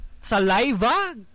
Saliva